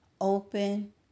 Open